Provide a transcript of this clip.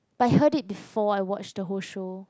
but I heard it before I watched the whole show